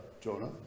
Jonah